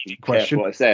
question